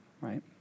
right